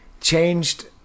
changed